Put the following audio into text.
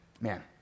man